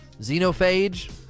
Xenophage